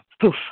poof